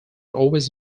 always